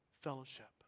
fellowship